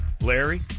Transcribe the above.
Larry